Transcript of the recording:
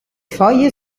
foglie